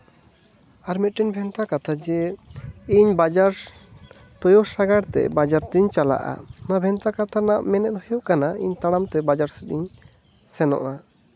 ᱟᱨ ᱢᱤᱫᱴᱮᱱ ᱵᱷᱮᱱᱛᱟ ᱠᱟᱛᱷᱟ ᱡᱮ ᱤᱧ ᱵᱟᱡᱟᱨ ᱛᱩᱭᱩ ᱥᱟᱸᱜᱟᱲ ᱛᱮ ᱵᱟᱡᱟᱨ ᱛᱤᱧ ᱪᱟᱞᱟᱜᱼᱟ ᱱᱚᱣᱟ ᱵᱷᱮᱱᱛᱟ ᱠᱟᱛᱷᱟ ᱨᱮᱭᱟᱜ ᱢᱮᱱᱮᱛ ᱦᱩᱭᱩᱜ ᱠᱟᱱᱟ ᱤᱧ ᱛᱟᱲᱟᱢᱛᱮ ᱵᱟᱡᱟᱨ ᱥᱮᱫ ᱤᱧ ᱥᱮᱱᱚᱜᱼᱟ